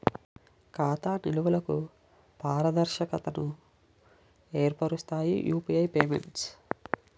ఖాతా నిల్వలకు పారదర్శకతను ఏర్పరుస్తాయి యూపీఐ పేమెంట్స్